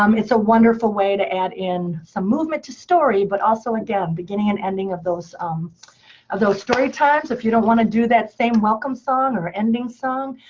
um it's a wonderful way to add in some movement to story, but also again, beginning and ending of those um of those story times. if you don't want to do that same welcome song or ending song,